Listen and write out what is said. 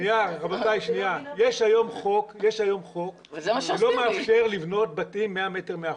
יש היום חוק שלא מאפשר לבנות בתים 100 מטרים מהחוף.